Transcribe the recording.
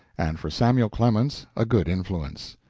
and for samuel clemens a good influence.